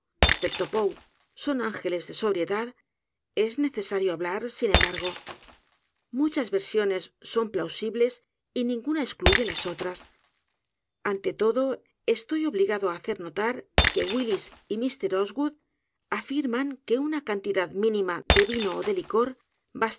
son ángeles de sobriedad es necesario hablar sin embargo muchas versiones son plausibles y ninguna excluye las otras ante todo estoy obligado á hacer notar que willis y mrs osgood afirman q u e u n a cantidad mínima de vino ó de licor